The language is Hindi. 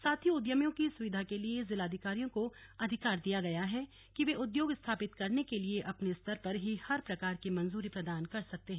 साथ ही उद्यमियों की सुविधा के लिए जिलाधिकारियों को अधिकार दिया गया है कि वे उद्योग स्थापित करने के लिए अपने स्तर पर ही हर प्रकार की मंजूरी प्रदान कर सकते हैं